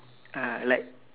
uh like